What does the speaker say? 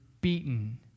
beaten